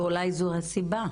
ואולי זו הסיבה,